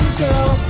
girl